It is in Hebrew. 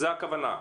זו הכוונה .